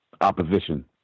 opposition